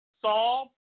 Saul